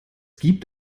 gibt